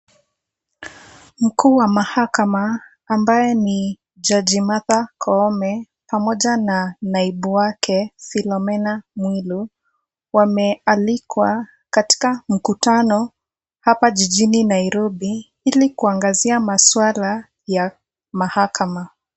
Mkuu wa mahakama ambaye ni jaji Martha Koome pamoja na naibu wake Philomena Mwilu wamealikwa katika mkutano hapa jijini Nairobi ili kuangazia maswala ya mahakama.